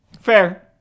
fair